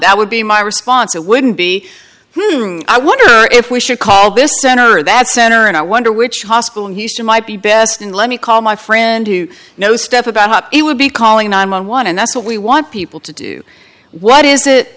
that would be my response it wouldn't be whom i wonder if we should call this center or that center and i wonder which hospital in houston might be best and let me call my friend you know stuff about how it would be calling nine one one and that's what we want people to do what is it